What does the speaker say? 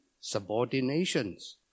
subordinations